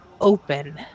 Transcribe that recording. open